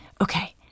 okay